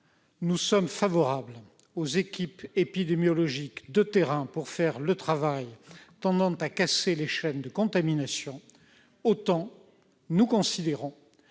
nous sommes favorables aux équipes épidémiologiques de terrain pour faire le travail tendant à casser les chaînes de contamination, autant nous considérons